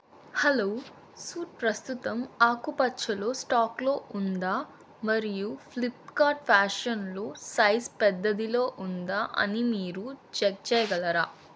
hello suit ప్రస్తుతం ఆకుపచ్చలో స్టాక్లో ఉందా మరియు ఫ్లిప్కార్ట్ ఫ్యాషన్లో సైజ్ పెద్దదిలో ఉందా అని మీరు చెక్ చేయగలరా